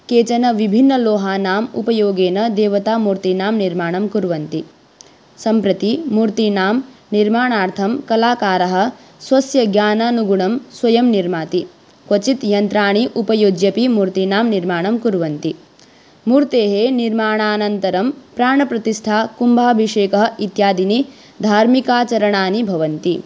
केचन विभिन्नलोहानाम् उपयोगेन देवतामूर्तीनां निर्माणं कुर्वन्ति सम्प्रति मूर्तीनां निर्माणार्थं कलाकारः स्वस्य ज्ञानानुगुणं स्वयं निर्माति क्वचित् यन्त्राणि उपयुज्यापि मूर्तीनां निर्माणं कुर्वन्ति मूर्तेः निर्माणानन्तरं प्राणप्रतिष्ठा कुम्भाभिषेकः इत्यादीनि धार्मिकाचरणानि भवन्ति